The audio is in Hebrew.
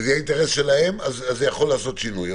וזה יהיה אינטרס שלהם, זה יכול לעשות שינוי.